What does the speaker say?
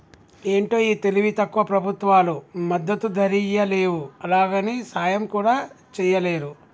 ఏంటో ఈ తెలివి తక్కువ ప్రభుత్వాలు మద్దతు ధరియ్యలేవు, అలాగని సాయం కూడా చెయ్యలేరు